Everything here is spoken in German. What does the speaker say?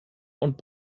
und